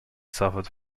suffered